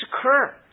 occur